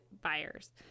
buyers